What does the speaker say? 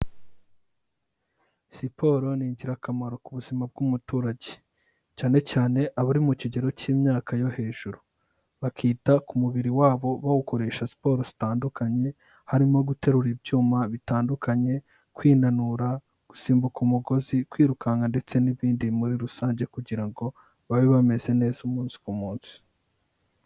Siporo ni ingirakamaro ku buzima bw'umuturage, cyane cyane abari mu kigero cy'imyaka yo hejuru, bakita ku mubiri wabo bawukoresha siporo zitandukanye, harimo guterura ibyuma bitandukanye, kwinanura, gusimbuka umugozi, kwirukanka ndetse n'ibindi muri rusange, kugira ngo babe bameze neza umunsi ku munsi.